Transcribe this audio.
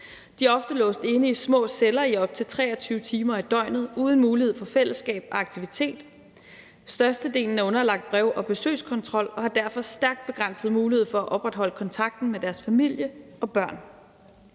De er ofte låst inde i små celler i op til 23 timer i døgnet uden mulighed for fællesskab og aktivitet. Størstedelen af underlagt brev- og besøgskontrol og har derfor stærkt begrænset mulighed for at opretholde kontakten med deres familie og børn.